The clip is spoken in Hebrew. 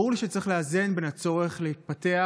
ברור לי שצריך לאזן זאת עם הצורך להתפתח,